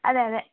അതെ അതെ